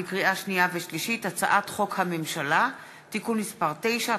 הצעת חוק הממשלה (תיקון מס' 9),